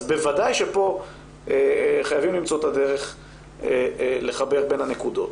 אז בוודאי שפה חייבים למצוא את הדרך לחבר בין הנקודות.